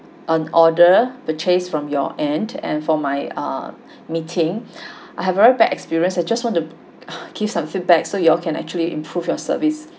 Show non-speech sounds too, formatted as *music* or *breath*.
on order purchase from your end and for my err meeting *breath* I have very bad experience so I just want to *breath* give some feedback so you all can actually improve your service